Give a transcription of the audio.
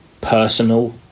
personal